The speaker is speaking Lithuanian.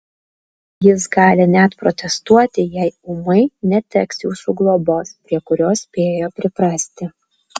jis gali net protestuoti jei ūmai neteks jūsų globos prie kurios spėjo priprasti